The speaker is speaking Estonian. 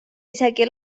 isegi